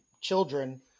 children